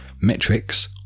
metrics